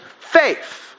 faith